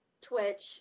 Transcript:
Twitch